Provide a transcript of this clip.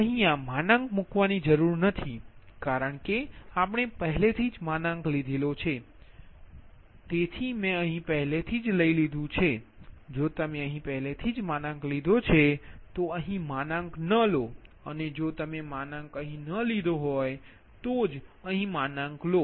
તેથી અહીંયા માનાક મૂકવાની જરૂર નથી કારણ કે આપણે પહેલેથી જ માનાક લીધેલો છે તેથી મેં અહીં પહેલેથી જ લઈ લીધું છે જો તમે અહીં પહેલેથી જ માનાક લીધો છે તો અહીં માનાક ન લો અને જો તમે માનાક અહીં ન લીધો હોય તો જ અહીં માનાક લો